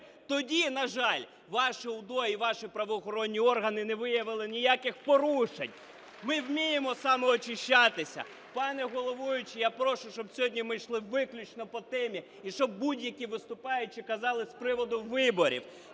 тоді, на жаль, ваше УДО і ваші правоохоронні органи не виявили ніяких порушень. Ми вміємо самоочищатися. Пане головуючий, я прошу, щоб сьогодні ми йшли виключно по темі і щоб будь-які виступаючі казали з приводу виборів.